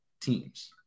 teams